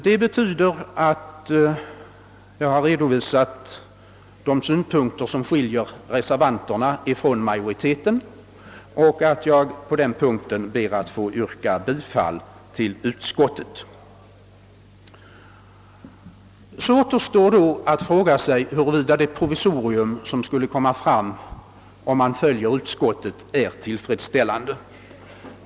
Därmed har jag redovisat de synpunkter som skiljer reservanternas förslag från utskottsmajoritetens, och jag ber att få yrka bifall till utskottets hemställan på denna punkt. Är då det provisorium tillfredsställande som skulle åstadkommas vid bifall till utskottsmajoritetens förslag?